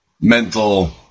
mental